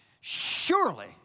surely